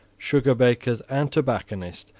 sugar bakers and tobacconists,